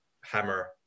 hammer